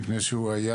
מפני שהוא היה,